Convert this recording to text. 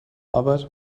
arbeit